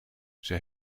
zij